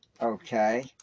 Okay